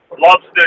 Lobster